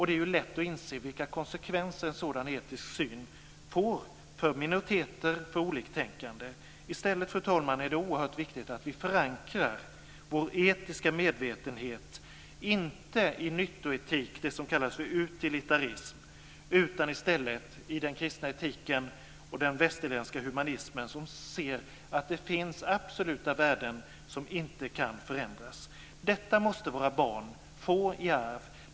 Det är lätt att inse vilka konsekvenser en sådan etisk syn får för minoriteter och för oliktänkande. I stället, fru talman, är det oerhört viktigt att vi förankrar vår etiska medvetenhet inte i nyttoetik - det som kallas för utilitarism - utan i stället i den kristna etiken och den västerländska humanismen som ser att det finns absoluta värden som inte kan förändras. Detta måste våra barn få i arv.